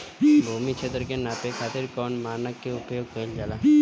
भूमि क्षेत्र के नापे खातिर कौन मानक के उपयोग कइल जाला?